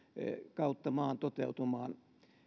kautta maan toteutumaan